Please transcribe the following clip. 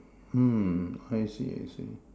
mm I see I see